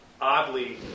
oddly